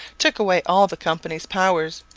took away all the company's powers,